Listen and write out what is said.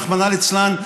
רחמנא ליצלן,